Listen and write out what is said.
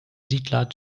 siedler